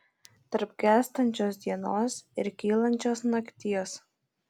tarp gęstančios dienos ir kylančios nakties